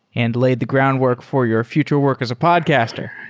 and la id the groundwork for your future work as a podcaster.